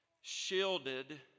Shielded